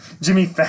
Jimmy